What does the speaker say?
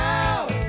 out